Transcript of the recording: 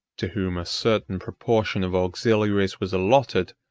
to whom a certain proportion of auxiliaries was allotted,